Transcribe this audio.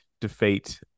defeat